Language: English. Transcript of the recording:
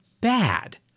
Bad